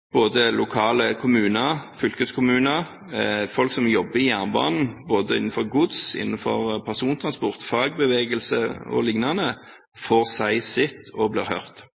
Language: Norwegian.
både lokale kommuner, fylkeskommuner og folk som jobber i jernbanen både innenfor gods, innenfor persontransport, fagbevegelse o.l., får si sitt og blir hørt.